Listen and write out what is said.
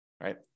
right